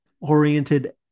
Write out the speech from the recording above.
oriented